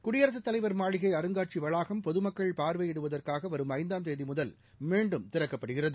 குடியரசுத் தலைவர் மாளிகைஅருங்காட்சிவளாகம் பொதுமக்கள் பாா்வையிடுவதற்காகவரும் ஐந்தாம் தேதிமுதல் மீண்டும் திறக்கப்படுகிறது